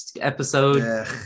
episode